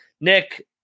Nick